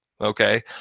Okay